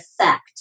effect